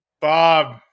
Bob